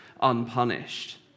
unpunished